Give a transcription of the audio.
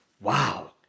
Wow